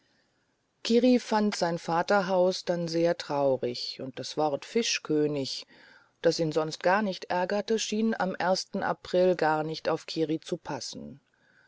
kiri fand sein vaterhaus dann sehr traurig und das wort fischkönig das ihn sonst gar nicht ärgerte schien am ersten april gar nicht auf kiri zu passen